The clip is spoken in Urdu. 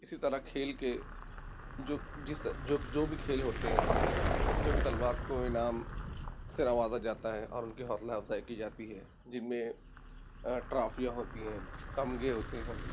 اسی طرح کھیل کے جو جس جو بھی کھیل ہوتے ہیں اس میں بھی طلبا کو انعام سے نوازا جاتا ہے اور ان کی حوصلہ افزائی کی جاتی ہے جن میں ٹرافیاں ہوتی ہیں تمغے ہوتے ہیں